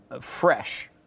Fresh